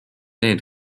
need